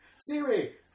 Siri